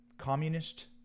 communist